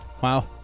Wow